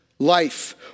Life